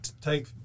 take